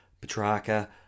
Petrarca